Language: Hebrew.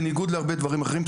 בניגוד להרבה דברים אחרים,